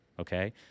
okay